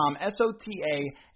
S-O-T-A